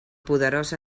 poderós